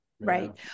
Right